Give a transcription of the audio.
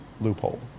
loophole